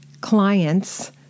clients